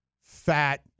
fat